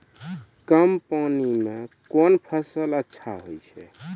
कम पानी म कोन फसल अच्छाहोय छै?